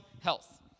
health